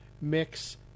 mix